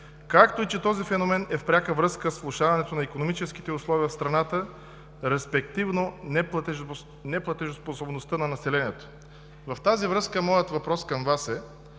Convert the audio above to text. както и че този феномен е в пряка връзка с влошаването на икономическите условия в страната, респективно неплатежоспособността на населението. В тази връзка моят въпрос към Вас е: